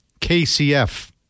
KCF